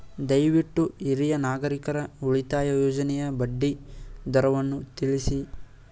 ದಯವಿಟ್ಟು ಹಿರಿಯ ನಾಗರಿಕರ ಉಳಿತಾಯ ಯೋಜನೆಯ ಬಡ್ಡಿ ದರವನ್ನು ತಿಳಿಸಿ